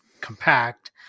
compact